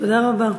תודה רבה.